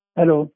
Hello